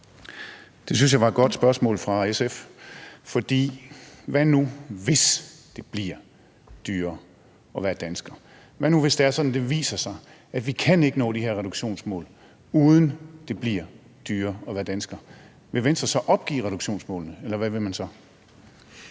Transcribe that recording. Jeg synes, det var et godt spørgsmål fra SF. For hvad nu, hvis det bliver dyrere at være dansker? Hvad nu hvis det er sådan, at det viser sig, at vi ikke kan nå de her reduktionsmål, uden at det bliver dyrere at være dansker? Vil Venstre så opgive reduktionsmålene? Eller hvad vil man så?